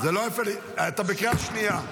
זה לא יפה, אתה בקריאה שנייה.